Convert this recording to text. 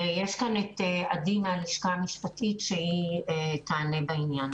יש כאן את עדי מהלשכה המשפטית שתענה על העניין.